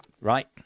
right